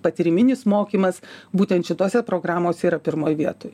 patyriminis mokymas būtent šitose programose yra pirmoj vietoj